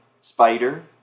spider